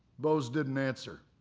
bose didn't answer.